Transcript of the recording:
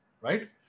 Right